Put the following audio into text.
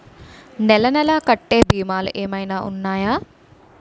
నెల నెల కట్టే భీమాలు ఏమైనా ఉన్నాయా?